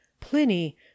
Pliny